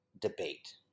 debate